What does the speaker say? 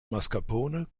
mascarpone